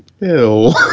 Ew